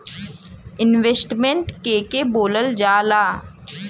Investment के के बोलल जा ला?